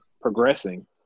progressing